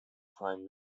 prime